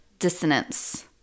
dissonance